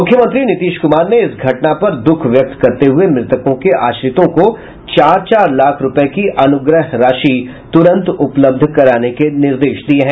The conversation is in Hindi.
मुख्यमंत्री नीतीश कुमार ने इस घटना पर दुःख व्यक्त करते हुए मृतकों के आश्रितों को चार चार लाख रूपये की अनुग्रह राशि तुरंत उपलब्ध कराने के निर्देश दिये हैं